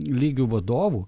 lygių vadovų